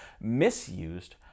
misused